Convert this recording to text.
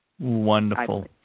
Wonderful